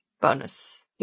bonus